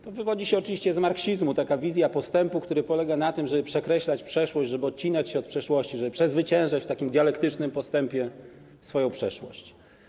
To wywodzi się oczywiście z marksizmu, taka wizja postępu, która polega na tym, żeby przekreślać przeszłość, żeby odcinać się od przeszłości, żeby przezwyciężać w takim dialektycznym postępie swoją przeszłość.